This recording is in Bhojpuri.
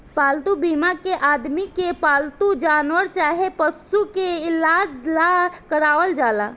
पालतू बीमा के आदमी के पालतू जानवर चाहे पशु के इलाज ला करावल जाला